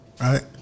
Right